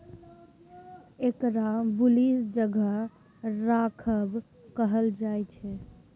एकरा बुलिश जगह राखब कहल जायछे